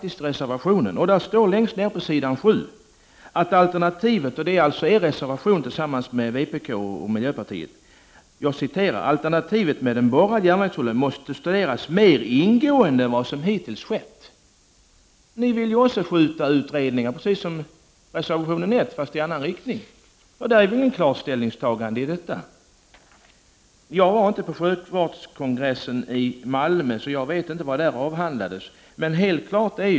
I reservation 1, från centern, vpk och miljöpartiet, längs ner på s. 7 står följande: ”Alternativet med en borrad järnvägstunnel måste studeras mer ingående än vad som hittills skett.” — Ni vill också ha fler utredningar. Det är väl inget klart ställningstagande i detta. Jag var inte med på sjöfartsriksdagen i Malmö, så jag vet inte vad som avhandlades där.